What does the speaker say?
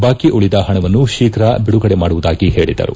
ಬಾಕಿ ಉಳದ ಪಣವನ್ನು ಶೀಘ ಬಿಡುಗಡೆ ಮಾಡುವುದಾಗಿ ಹೇಳಿದರು